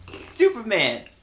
Superman